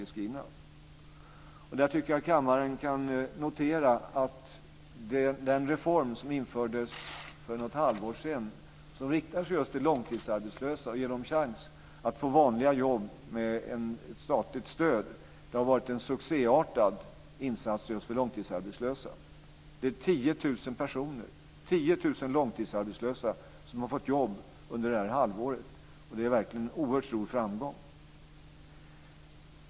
Där tycker jag att kammaren kan notera att den reform som infördes för något halvår sedan och som riktar sig just till långtidsarbetslösa och ger dem chans att med ett statligt stöd få vanliga jobb har varit en succéartad insats just för långtidsarbetslösa. Det är 10 000 långtidsarbetslösa som har fått jobb under detta halvår, och det är verkligen en oerhört stor framgång.